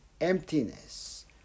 emptiness